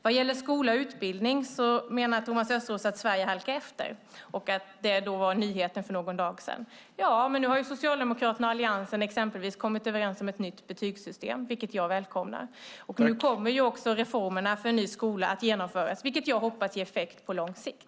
Vad gäller skola och utbildning menar Thomas Östros att Sverige halkar efter, något som skulle varit nyheten för någon dag sedan. Ja, men nu har Socialdemokraterna och Alliansen exempelvis kommit överens om ett nytt betygssystem, och det välkomnar jag. Nu genomförs reformerna för en ny skola, vilket jag hoppas ger effekt på lång sikt.